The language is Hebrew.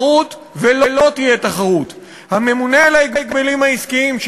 אבל כבר עושה דברים חמורים, מסוכנים ובעייתיים.